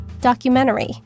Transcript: documentary